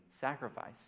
sacrifice